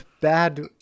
bad